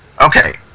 Okay